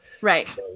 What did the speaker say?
right